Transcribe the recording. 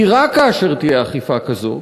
כי רק כאשר תהיה אכיפה כזאת,